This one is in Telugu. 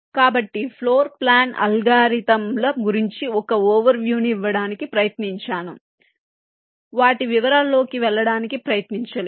కాబట్టి ఫ్లోర్ ప్లానింగ్ అల్గోరిథంల గురించి ఒక ఒవెర్వ్యూ ని ఇవ్వడానికి ప్రయత్నించాను వాటి వివరాల్లోకి వెళ్ళడానికి ప్రయత్నించ లేదు